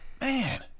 man